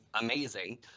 amazing